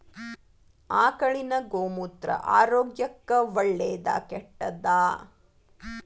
ಆಕಳಿನ ಗೋಮೂತ್ರ ಆರೋಗ್ಯಕ್ಕ ಒಳ್ಳೆದಾ ಕೆಟ್ಟದಾ?